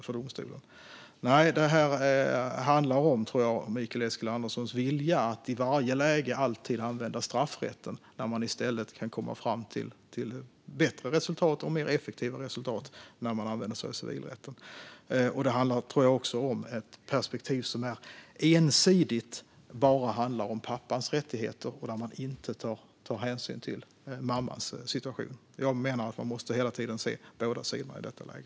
Nej, jag tror att detta handlar om Mikael Eskilanderssons vilja att i varje läge använda straffrätten när man i stället kan komma fram till bättre och mer effektiva resultat genom att använda sig av civilrätten. Jag tror också att det handlar om ett perspektiv som ensidigt ser till pappans rättigheter och där man inte tar hänsyn till mammans situation. Jag menar att man hela tiden måste se båda sidorna i detta läge.